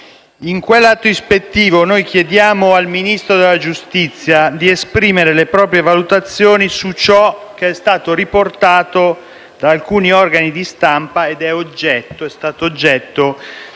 In quell'atto ispettivo noi chiediamo al Ministro della giustizia di esprimere le proprie valutazioni su quanto riportato da alcuni organi di stampa e che è stato oggetto